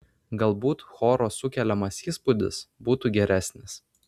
galbūt choro sukeliamas įspūdis būtų geresnis